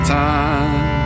time